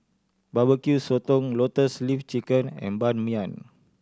Barbecue Sotong Lotus Leaf Chicken and Ban Mian